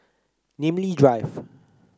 Namly Drive